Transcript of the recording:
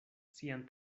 sian